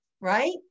right